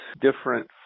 different